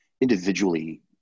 individually